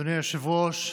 היושב-ראש,